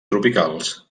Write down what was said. tropicals